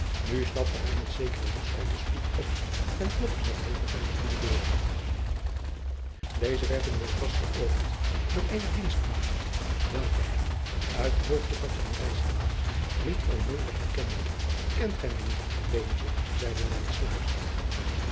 u stapte hij met zekere woestheid de stoep op en klopte met hevigheid aan de deur eze werd hem welras geopend door eene dienstmaagd welke hem uit hoofde van zijn reisgewaad niet oogenblikkelijk herkende ent gij mij niet zeide